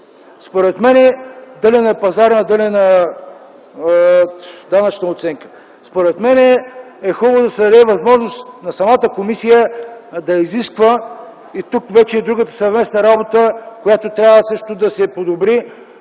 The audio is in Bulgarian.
Според мен е хубаво да се даде възможност на самата комисия да изисква. Тук вече е другата съвместна работа, която също трябва да се подобри,